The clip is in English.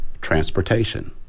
Transportation